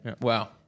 Wow